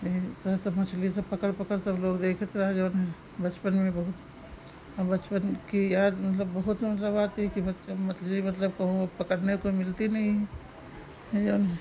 यही तरह सब मछली सब पकड़ पकड़ सब लोग देखता रहा जो है बचपन में बहुत और बचपन की याद मतलब बहुत मतलब आती है कि बचपन में मछली मतलब कहूँ अब पकड़ने को मिलती नहीं है जो है